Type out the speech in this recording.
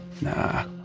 Nah